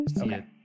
Okay